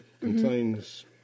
contains